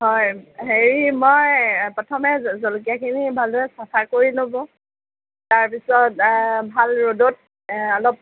হয় হেৰি মই প্ৰথমে জলকীয়াখিনি ভালদৰে চাফা কৰি ল'ব তাৰপিছত ভাল ৰ'দত অলপ